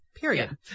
period